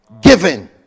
Given